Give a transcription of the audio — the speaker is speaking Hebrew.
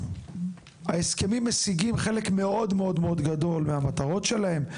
ההסכמים משיגים חלק מאוד גדול מהמטרות שלהם.